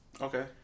Okay